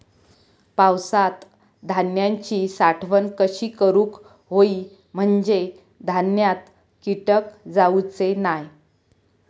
पावसात धान्यांची साठवण कशी करूक होई म्हंजे धान्यात कीटक जाउचे नाय?